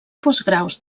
postgraus